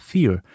Fear